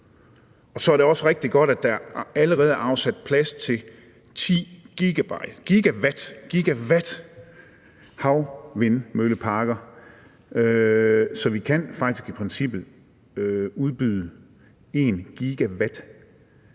Og så er det også rigtig godt, at der allerede er afsat plads til ti gigawatthavvindmølleparker. Så vi kan faktisk i princippet udbyde en gigawatt